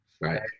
Right